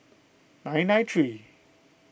nine nine three